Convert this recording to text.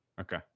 Okay